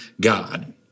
God